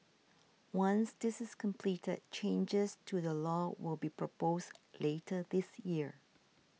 once this is completed changes to the law will be proposed later this year